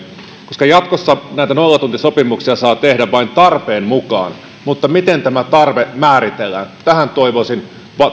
jatkossa näitä nollatuntisopimuksia saa tehdä vain tarpeen mukaan mutta miten tämä tarve määritellään tähän toivoisin